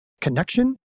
connection